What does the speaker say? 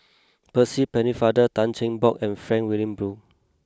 Percy Pennefather Tan Cheng Bock and Frank Wilmin Brewer